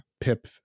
pip